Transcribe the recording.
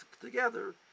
together